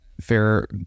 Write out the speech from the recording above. fair